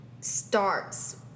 starts